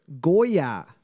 Goya